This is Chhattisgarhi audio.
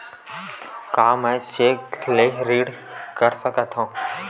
का मैं ह चेक ले ऋण कर सकथव?